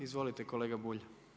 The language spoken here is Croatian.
Izvolite kolega Bulj.